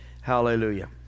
Hallelujah